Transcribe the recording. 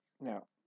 Now